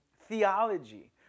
theology